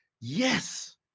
Yes